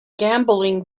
gambling